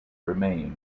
remained